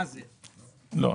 לא,